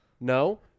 No